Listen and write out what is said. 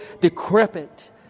decrepit